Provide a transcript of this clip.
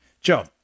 Joe